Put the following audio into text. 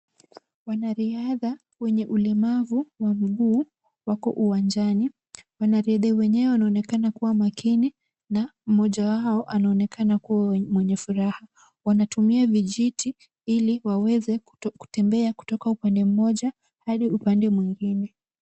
Wanariadha wenye ulemavu wa mguu wako uwanjani. Wanariadha wenyewe wanaonekana kuwa makini na mmoja wao anaonekana mwenye furaha. Wanatumia vijiti ili waweze kutembea kutoka upande moja hadi upande mwingine.